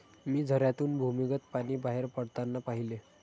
मी झऱ्यातून भूमिगत पाणी बाहेर पडताना पाहिले